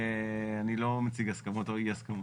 אני לא מציג הסכמות או אי הסכמות.